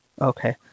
Okay